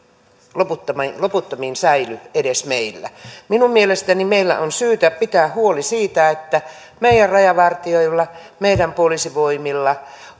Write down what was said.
loputtomiin loputtomiin säily edes meillä minun mielestäni meillä on syytä pitää huoli siitä että meidän rajavartijoillamme meidän poliisivoimillamme